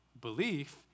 Belief